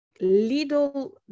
little